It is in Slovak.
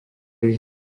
ich